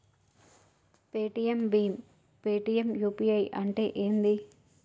Paytm భీమ్ Paytm UPI అంటే ఏంది?